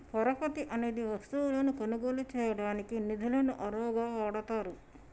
పరపతి అనేది వస్తువులను కొనుగోలు చేయడానికి నిధులను అరువుగా వాడతారు